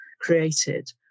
created